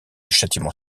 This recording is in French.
châtiment